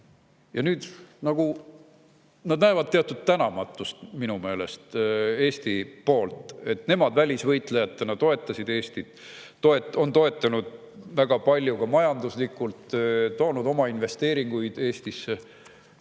Nüüd nad näevad teatud tänamatust minu meelest Eesti poolt. Nemad välisvõitlejatena toetasid Eestit, on toetanud väga palju ka majanduslikult, toonud oma investeeringuid Eestisse